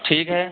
ठीक है